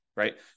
right